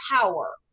power